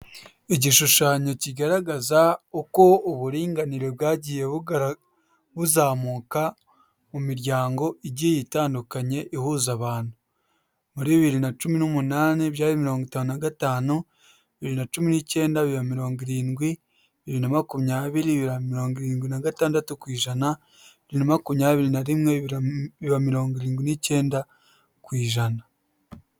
Igishushanyo kigaragaza uko uburinganire bwagiye buzamuka mu miryango igiye itandukanye ihuza abantu. Muri bibiri na cumi n'umunani byari mirongo itanu nagatanu, bibiri na cumi n'icyenda mirongo irindwi, bibiri na makumyabiri byari mirongo irindwi na gatandatu kw'ijana, bibiri na makumyabiri nari rimwe mirongo irindwi n'icyenda kwijana.